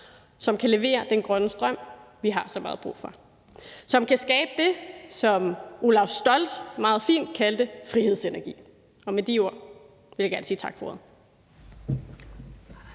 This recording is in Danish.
som kan levere den grønne strøm, som vi har så meget brug for, og som kan skabe det, som Olaf Scholz meget fint kaldte frihedsenergi. Med de ord vil jeg gerne sige tak for ordet.